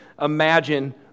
imagine